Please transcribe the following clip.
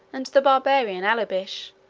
and the barbarian allobich,